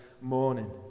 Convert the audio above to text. morning